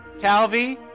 Calvi